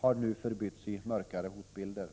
har nu förbytts i mörkare hotbilder.